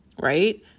right